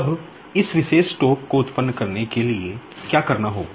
अब इस विशेष टोक़ को उत्पन्न करने के लिए क्या करना होगा